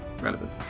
relevant